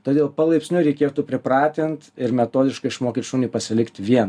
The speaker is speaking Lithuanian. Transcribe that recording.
todėl palaipsniui reikėtų pripratint ir metodiškai išmokyt šunį pasilikti vien